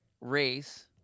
race